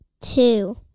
two